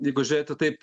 jeigu žiūrėti taip